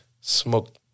smoke